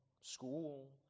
school